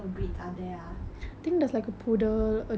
oh so weird the names some more